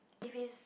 if it's